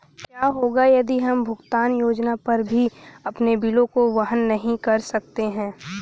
क्या होगा यदि हम भुगतान योजना पर भी अपने बिलों को वहन नहीं कर सकते हैं?